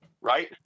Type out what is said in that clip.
Right